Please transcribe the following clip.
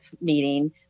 meeting